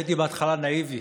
הייתי בהתחלה נאיבי,